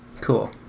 Cool